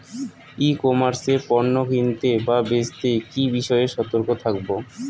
ই commerce এ পণ্য কিনতে বা বেচতে কি বিষয়ে সতর্ক থাকব?